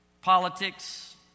Politics